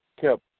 kept